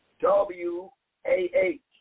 W-A-H